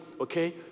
okay